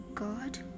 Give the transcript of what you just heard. God